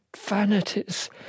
vanities